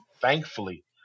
Thankfully